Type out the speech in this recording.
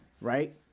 right